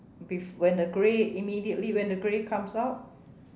bef~ when the grey immediately when the grey comes out